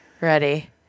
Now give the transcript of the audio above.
ready